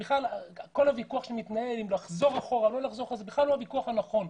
כל הוויכוח שמתנהל אם לחזור אחורה או לא זה בכלל לא הוויכוח הנכון.